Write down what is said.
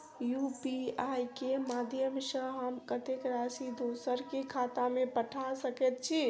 UPI केँ माध्यम सँ हम कत्तेक राशि दोसर केँ खाता मे पठा सकैत छी?